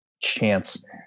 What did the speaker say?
chance